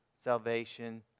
salvation